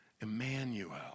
Emmanuel